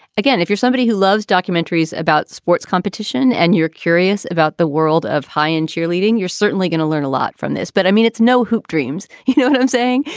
again, if you're somebody who loves documentaries about sports competition and you're curious about the world of high end cheerleading, you're certainly going to learn a lot from this. but i mean, it's no hoop dreams. you know what i'm saying?